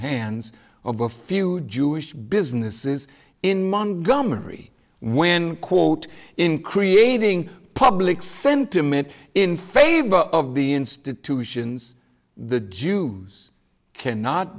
hands of a few jewish businesses in montgomery when quote in creating public sentiment in favor of the institutions the jews cannot